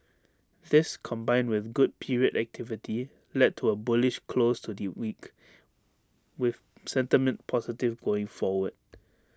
this combined with good period activity led to A bullish close to the week with sentiment positive going forward